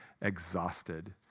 exhausted